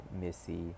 missy